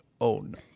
own